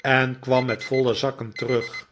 en kwam met voile zakken terug